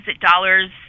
dollars